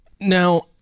Now